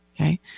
okay